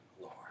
Lord